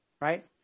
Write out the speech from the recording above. right